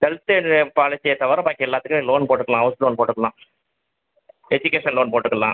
health care பாலிசியை தவிர பாக்கி எல்லாத்துலையும் லோன் போட்டுக்கலாம் ஹவுஸ் லோன் போட்டுக்கலாம் எஜுகேசன் லோன் போட்டுக்கலாம்